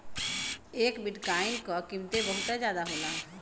एक बिट्काइन क कीमत बहुते जादा होला